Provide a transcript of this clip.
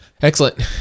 Excellent